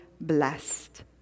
blessed